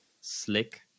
slick